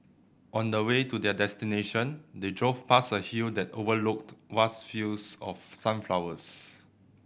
on the way to their destination they drove past a hill that overlooked vast fields of sunflowers